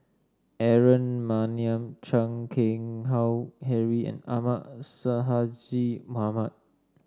Aaron Maniam Chan Keng Howe Harry and Ahmad Sonhadji Mohamad